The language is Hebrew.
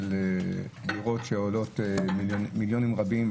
שקל לדירות שעולות מיליונים רבים.